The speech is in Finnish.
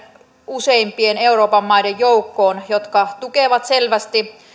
useimpien euroopan maiden joukkoon jotka tukevat selvästi